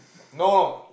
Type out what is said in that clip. no